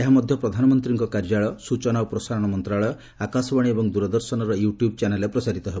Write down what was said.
ଏହା ମଧ୍ୟ ପ୍ରଧାନମନ୍ତ୍ରୀଙ୍କ କାର୍ଯ୍ୟାଳୟ ସୂଚନା ଓ ପ୍ରସାରଣ ମନ୍ତ୍ରଣାଳୟ ଆକାଶବାଣୀ ଏବଂ ଦୂରଦର୍ଶନର ୟୁଟୁବ୍ ଚ୍ୟାନେଲ୍ରେ ପ୍ରସାରିତ ହେବ